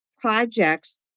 projects